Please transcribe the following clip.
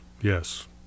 yes